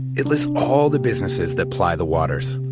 it lists all the businesses that ply the waters,